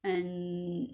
and